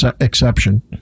exception